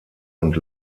und